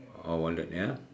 oh wallet ya